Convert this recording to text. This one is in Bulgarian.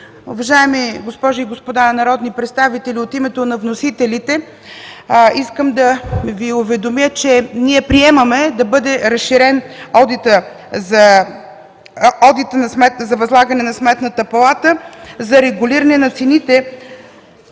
Уважаеми госпожи и господа народни представители, от името на вносителите искам да Ви уведомя, че приемаме да бъде разширен одитът за възлагане на Сметната палата за регулиране на цените